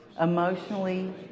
emotionally